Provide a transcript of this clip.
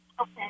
Okay